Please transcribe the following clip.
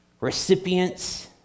recipients